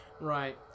Right